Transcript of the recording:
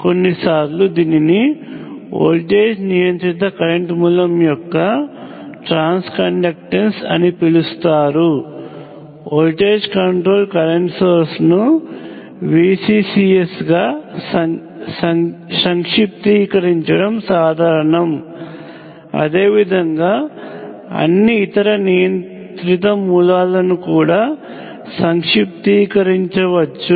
కొన్నిసార్లు దీనిని వోల్టేజ్ నియంత్రిత కరెంట్ మూలము యొక్క ట్రాన్స్ కండక్టెన్స్ అని పిలుస్తారు వోల్టేజ్ కంట్రోల్ కరెంట్ సోర్స్ను VCCS గా సంక్షిప్తీకరించడం సాధారణం అదేవిధంగా అన్ని ఇతర నియంత్రిత మూలాలను కూడా సంక్షిప్తీకరించవచ్చు